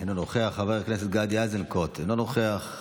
אינו נוכח,